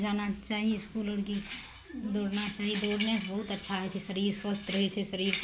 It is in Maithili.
जाना चाही इसकुल आओर कि दौड़ना चाही दौड़नेसँ बहुत अच्छा होइ छै शरीर स्वस्थ रहय छै शरीर